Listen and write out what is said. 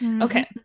Okay